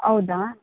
ಹೌದಾ